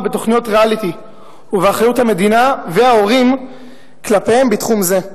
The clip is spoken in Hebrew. בתוכניות ריאליטי ובאחריות המדינה וההורים כלפיהם בתחום זה.